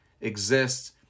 exists